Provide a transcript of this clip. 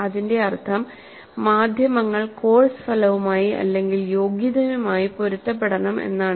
അതിന്റെ അർത്ഥം മാധ്യമങ്ങൾ കോഴ്സ് ഫലവുമായി അല്ലെങ്കിൽ യോഗ്യതയുമായി പൊരുത്തപ്പെടണം എന്നാണ്